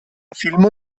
filmo